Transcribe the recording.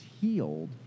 healed